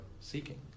seeking